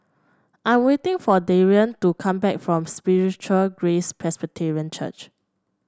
I'm waiting for Darion to come back from Spiritual Grace Presbyterian Church